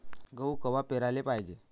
गहू कवा पेराले पायजे?